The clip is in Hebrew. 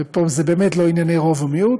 ופה זה באמת לא ענייני רוב ומיעוט,